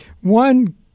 one